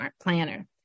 planner